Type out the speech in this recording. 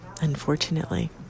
Unfortunately